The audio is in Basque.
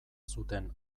zuten